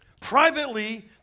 privately